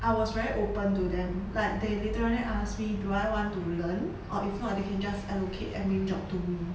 I was very open to them like they literally ask me do I want to learn or if not they can just allocate any job to me